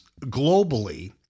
globally